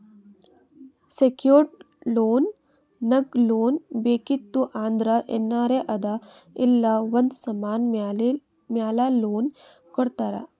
secured loan ನಾಗ್ loan ಬೇಕಿತ್ತು ಅಂದ್ರ ಏನಾರೇ ಅಡಾ ಇಲ್ಲ ಒಂದ್ ಸಮಾನ್ ಮ್ಯಾಲ ಲೋನ್ ಕೊಡ್ತಾರ್